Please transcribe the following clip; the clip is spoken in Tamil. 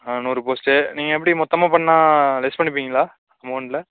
ஆ நூறு போஸ்ட்டு நீங்கள் எப்படி மொத்தமாக பண்ணிணா லெஸ் பண்ணிப்பீங்களா அமௌண்டில்